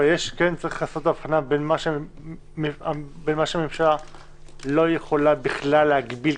אבל כן צריך לעשות את ההבחנה בין מה שהממשלה לא יכולה בכלל להגביל,